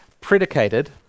predicated